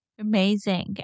Amazing